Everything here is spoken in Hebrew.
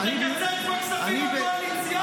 תקצץ מהכספים הקואליציוניים,